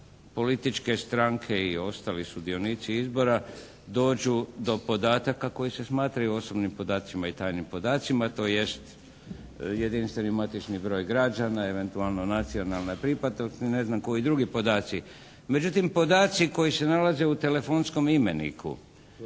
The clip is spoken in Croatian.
političke stranke i ostali sudionici izbora dođu do podataka koji se smatraju osobnim podacima i trajnim podacima, to jest jedinstveni matični broj građana, eventualno nacionalna pripadnost i ne znam koji drugi podaci. Međutim, podaci koji se nalaze u telefonskom imeniku